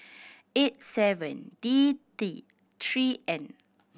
eight seven D T Three N